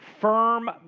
firm